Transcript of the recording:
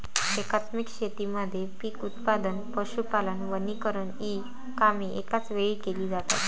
एकात्मिक शेतीमध्ये पीक उत्पादन, पशुपालन, वनीकरण इ कामे एकाच वेळी केली जातात